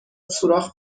سوراخ